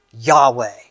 Yahweh